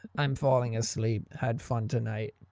i'm falling asleep. had fun tonight.